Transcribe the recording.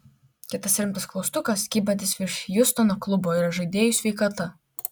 kitas rimtas klaustukas kybantis virš hjustono klubo yra žaidėjų sveikata